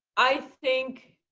i think